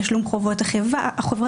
תשלום חובות החברה,